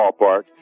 Ballpark